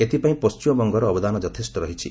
ଏଥିପାଇଁ ପଶ୍ଚିମବଙ୍ଗର ଅବଦାନ ଯଥେଷ୍ଟ ରହିଛି